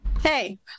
Hey